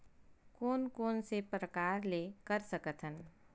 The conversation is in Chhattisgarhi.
कोन कोन से प्रकार ले कर सकत हन?